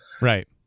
Right